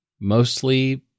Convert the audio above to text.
mostly